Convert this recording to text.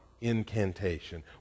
incantation